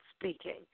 speaking